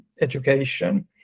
education